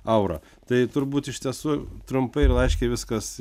aurą tai turbūt iš tiesų trumpai ir laiške viskas